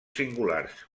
singulars